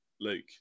luke